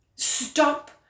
Stop